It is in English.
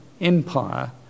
empire